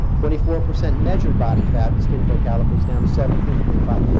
twenty four percent measured body fat with skin fold calipers down to seventeen point five.